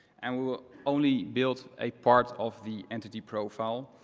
and we will only build a part of the entity profile,